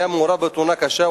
לגבי רכב שהיה מעורב בתאונה קשה,